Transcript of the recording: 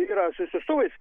yra su siųstuvais